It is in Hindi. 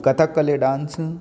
कथकली डाँस